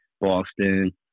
Boston